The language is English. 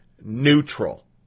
neutral